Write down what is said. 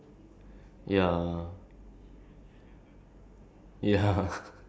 ya technically there there is isn't there's like no jobs for like small